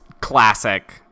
classic